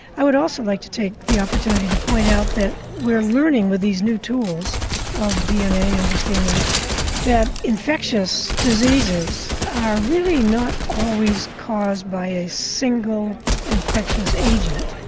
i would also like to take the opportunity to point out that we're learning with these new tools of dna, understanding that infectious diseases are really not always caused by a single infectious agent.